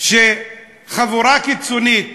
כשחבורה קיצונית,